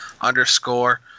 underscore